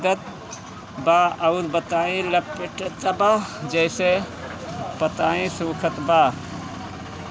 धान के तना के कीड़ा छेदत बा अउर पतई लपेटतबा जेसे पतई सूखत बा?